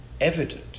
evident